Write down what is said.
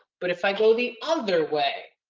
but if i go the other way,